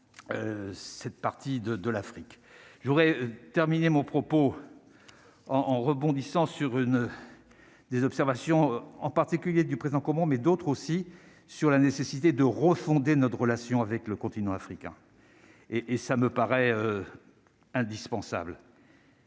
voudrais terminer mon propos en en rebondissant sur une des observations en particulier du président : comment, mais d'autres aussi sur la nécessité de refonder notre relation avec le continent africain et et ça me paraît indispensable.